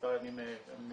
מספר ימים מועט,